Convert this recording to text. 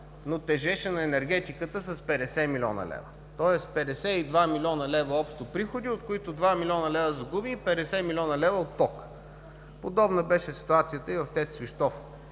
но тежеше на енергетиката с 50 млн. лв. – тоест 52 милион лева общо приходи, от които 2 млн. лв. загуби, и 50 млн. лв. от тока. Подобна беше ситуацията и в ТЕЦ „Свищов“.